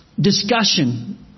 discussion